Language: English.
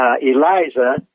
Eliza